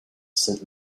saint